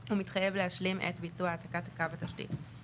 הוא מתחייב להשלים את ביצוע העתקת קו התשתית.